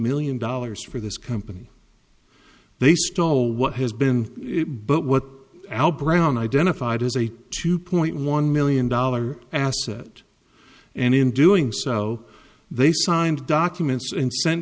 million dollars for this company they stole what has been but what al browne identified as a two point one million dollars asset and in doing so they signed documents and sen